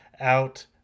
out